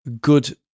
good